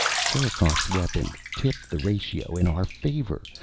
sherikov's weapon tipped the ratio in our favor.